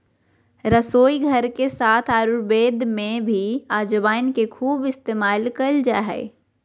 रसोईघर के साथ आयुर्वेद में भी अजवाइन के खूब इस्तेमाल कइल जा हइ